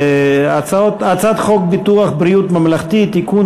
הצעות חוק ביטוח בריאות ממלכתי (תיקון,